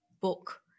book